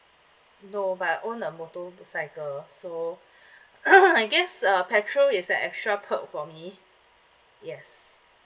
no but I own a motorcycle so I guess uh petrol is an extra perk for me yes